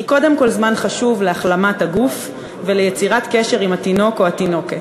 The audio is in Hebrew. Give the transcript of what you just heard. היא קודם כול זמן חשוב להחלמת הגוף וליצירת קשר עם התינוק או התינוקת.